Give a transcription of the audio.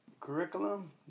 curriculum